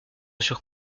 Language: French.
sur